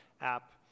app